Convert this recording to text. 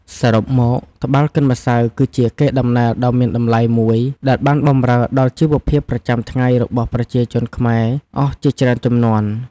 សរុបមក ត្បាល់កិនម្សៅគឺជាកេរដំណែលដ៏មានតម្លៃមួយ ដែលបានបម្រើដល់ជីវភាពប្រចាំថ្ងៃរបស់ប្រជាជនខ្មែរអស់ជាច្រើនជំនាន់។